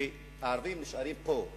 שהערבים נשארים פה.